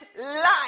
life